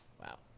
Wow